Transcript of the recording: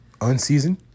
Unseasoned